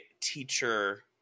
teacher